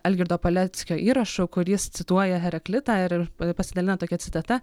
algirdo paleckio įrašu kur jis cituoja heraklitą ir ir pasidalina tokia citata